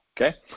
Okay